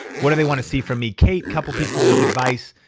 what do they wanna see from me? kate, couple pieces of advice.